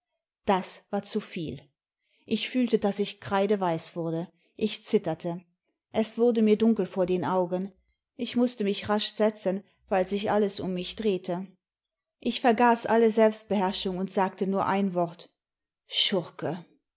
das war zuviellll ich fühlte daß ich kreideweiß wurde ich zitterte es wurde mir dunkel vor den augen ich mußte nüch rasch setzen weil sich alles um mich drehte ich vergaß alle selbstbeherrschung und sagte nur ein wort schurke